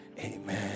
amen